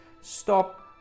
Stop